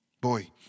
Boy